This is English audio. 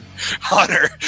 Hunter